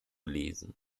lesen